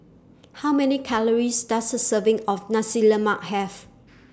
How Many Calories Does A Serving of Nasi Lemak Have